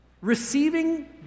Receiving